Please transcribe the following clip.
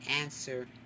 answer